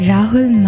Rahul